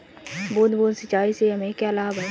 बूंद बूंद सिंचाई से हमें क्या लाभ है?